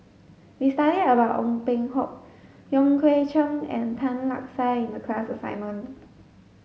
we studied about Ong Peng Hock Wong Kwei Cheong and Tan Lark Sye in the class assignment